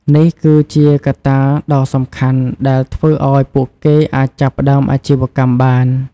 នេះគឺជាកត្តាដ៏សំខាន់ដែលធ្វើឱ្យពួកគេអាចចាប់ផ្តើមអាជីវកម្មបាន។